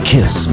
Kiss